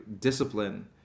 discipline